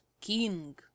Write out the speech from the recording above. king